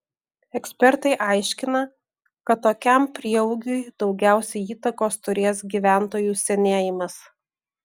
ekspertai aiškina kad tokiam prieaugiui daugiausiai įtakos turės gyventojų senėjimas